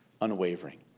unwavering